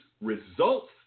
results